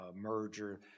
merger